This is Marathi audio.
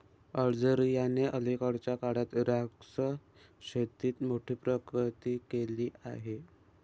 अल्जेरियाने अलीकडच्या काळात द्राक्ष शेतीत मोठी प्रगती केली आहे